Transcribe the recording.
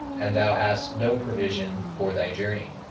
and thou hast no provision for thy journey.